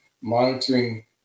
monitoring